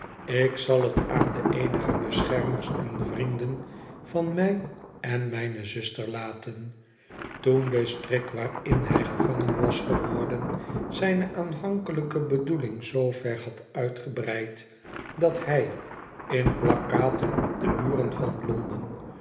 ik zal het aan de eenige beschermers en vrienden van mij en mijne zuster laten toen de strik waarin hij gevangen was geworden zijne aanvankelijke bedoeling zoo ver had uitgebreid dat hij in plakkaten op de muren van londen